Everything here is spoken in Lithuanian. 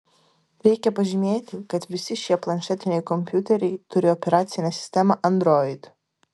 reikia pažymėti kad visi šie planšetiniai kompiuteriai turi operacinę sistemą android